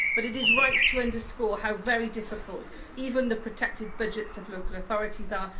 but it is right to underscore how very difficult even the protected budgets of local authorities are,